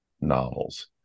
novels